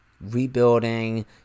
rebuilding